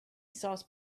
sauce